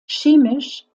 chemisch